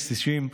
קשישים,